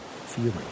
feeling